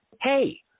hey